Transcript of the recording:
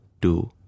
two